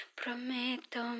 prometo